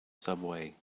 subway